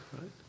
right